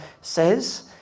says